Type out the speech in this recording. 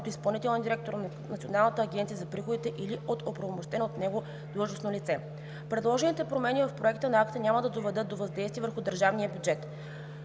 от изпълнителния директор на Националната агенция по приходите или от оправомощени от него длъжностни лица. Предложените промени в Проекта на акта няма да доведат до въздействие върху държавния бюджет.